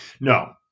no